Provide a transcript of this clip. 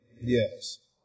Yes